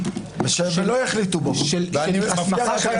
של הסכמה של השר --- ואני מבטיח לך,